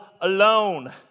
alone